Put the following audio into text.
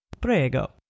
Prego